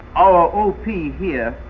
our op here yeah